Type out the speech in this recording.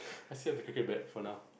I still have the cricket bat for now